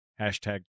Hashtag